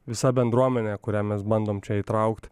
visa bendruomenė kurią mes bandom čia įtraukt